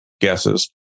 guesses